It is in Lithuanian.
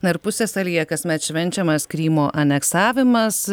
na ir pusiasalyje kasmet švenčiamas krymo aneksavimas